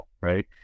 right